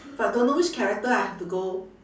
but don't know which character I have to go